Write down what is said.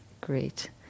great